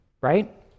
right